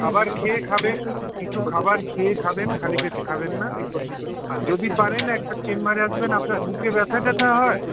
খাবার খেয়ে খাবেন কিছু খাবার খেয়ে খাবেন খালি পেটে খাবেন না আর যদি পারেন একবার চেম্বারে আসবেন আপনার বুকে ব্যথা ট্যাথা হয়